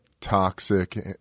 toxic